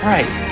Right